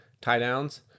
tie-downs